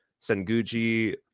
Senguji